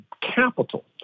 capital